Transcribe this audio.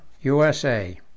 USA